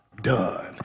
done